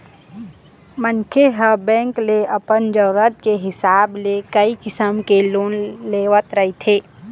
मनखे ह बेंक ले अपन जरूरत के हिसाब ले कइ किसम के लोन लेवत रहिथे